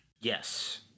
Yes